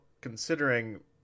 considering